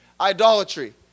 idolatry